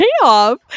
payoff